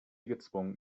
gezwungen